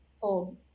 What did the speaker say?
hold